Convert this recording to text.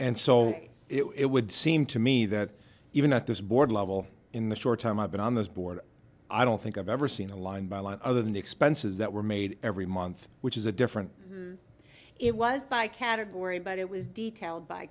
and so it would seem to me that even at this board level in the short time i've been on this board i don't think i've ever seen a line by line other than expenses that were made every month which is a different it was by category but it was detailed by